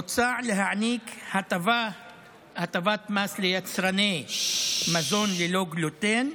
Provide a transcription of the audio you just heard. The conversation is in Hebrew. מוצע להעניק הטבת מס ליצרני מזון ללא גלוטן,